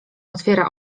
otwiera